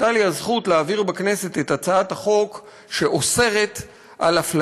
הייתה לי הזכות להעביר את הצעת החוק שאוסרת הפליה